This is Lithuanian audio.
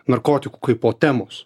narkotikų kaipo temos